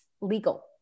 legal